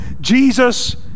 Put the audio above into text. Jesus